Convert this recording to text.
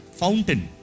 fountain